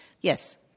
Yes